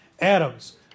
Adams